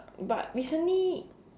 but recently